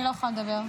אני לא יכולה לדבר.